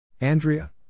Andrea